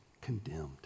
condemned